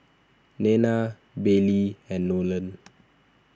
Nena Baylie and Nolan